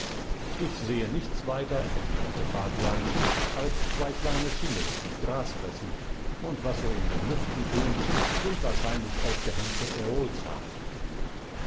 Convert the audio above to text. ich sehe nichts weiter erwiderte fabian als zwei kleine schimmel die gras fressen und was so in den lüften tönt sind wahrscheinlich aufgehängte